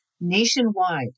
nationwide